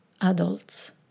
adults